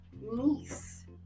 Niece